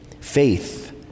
Faith